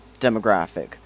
demographic